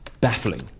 baffling